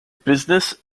business